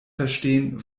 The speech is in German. verstehen